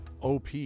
OP